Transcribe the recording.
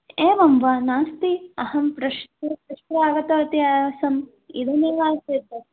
एवं वा नास्ति अहं पृष् पृष्ट्वा आगतवती आसम् इदमेवासीत्